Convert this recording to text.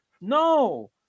No